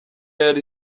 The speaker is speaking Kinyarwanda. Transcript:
yari